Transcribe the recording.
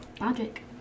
Logic